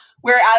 whereas